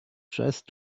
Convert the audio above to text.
just